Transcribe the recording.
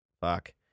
fuck